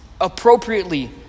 appropriately